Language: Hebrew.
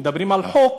מדברים על חוק,